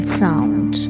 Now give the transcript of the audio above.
sound